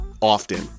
often